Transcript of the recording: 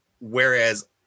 whereas